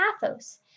pathos